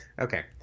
Okay